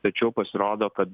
tačiau pasirodo kad